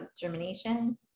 germination